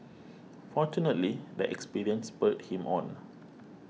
fortunately the experience spurred him on